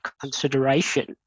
consideration